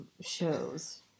shows